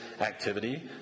activity